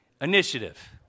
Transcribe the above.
Initiative